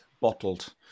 bottled